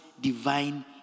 divine